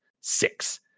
six